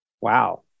wow